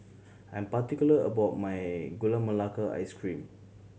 I'm particular about my Gula Melaka Ice Cream